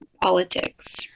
politics